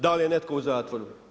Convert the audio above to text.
Da li je netko u zatvoru?